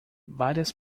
várias